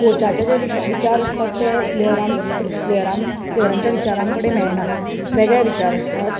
कॉचाचे जे विश विचार आसता ते प्लेयरान प्लेयरान प्लेयरांच्या विचारां कडेन मेळनात वेगळे विचार आसतात